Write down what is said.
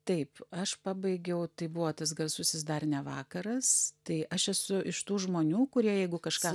taip aš pabaigiau tai buvo tas garsusis dar ne vakaras tai aš esu iš tų žmonių kurie jeigu kažką